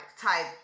type